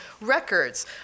records